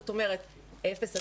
זאת אומרת 0 9,